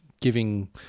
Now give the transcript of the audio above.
giving